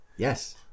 Yes